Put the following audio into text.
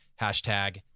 hashtag